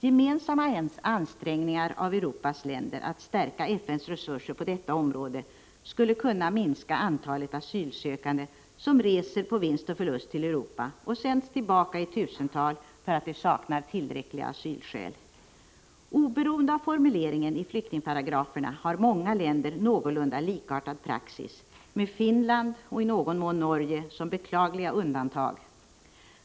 Gemensamma ansträngningar av Europas länder att stärka FN:s resurser på detta område skulle kunna minska antalet asylsökande som reser på vinst och förlust och sänds tillbaka i tusental för att de saknar tillräckliga asylskäl. Oberoende av formuleringen i flyktingparagraferna har många länder någorlunda likartad praxis, med Finland och i någon mån Norge som beklagliga undantag.